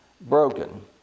broken